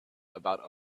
about